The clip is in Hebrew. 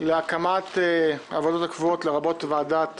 להקמת הוועדות הקבועות, לרבות ועדת